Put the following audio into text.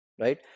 right